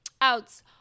Outs